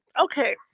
Okay